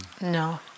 No